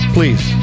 Please